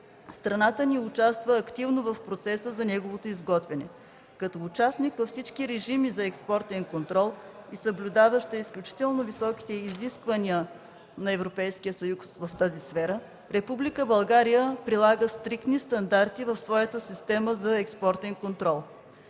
Страната ни участва активно в процеса за негово изготвяне. Като участник във всички режими за експортен контрол и съблюдаваща изключително високите изисквания на Европейския съюз в тази сфера, Република България прилага стриктни стандарти в своята система за експортен контрол.